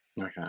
Okay